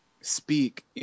speak